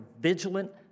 vigilant